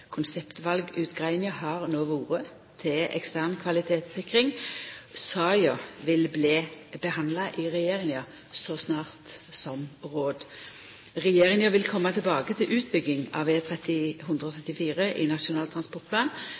Konseptvalutgreiinga har no vore til ekstern kvalitetssikring. Saka vil bli handsama i regjeringa så snart som råd. Regjeringa vil koma tilbake til utbygginga av E134 i Nasjonal transportplan